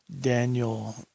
Daniel